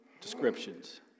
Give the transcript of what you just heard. descriptions